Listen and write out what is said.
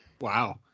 Wow